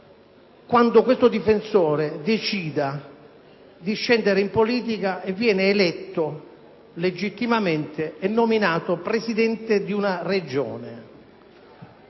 che lo stesso decida di scendere in politica, venga eletto legittimamente e nominato presidente di una Regione?